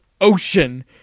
ocean